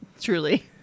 Truly